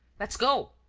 let's go!